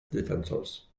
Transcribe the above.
defensors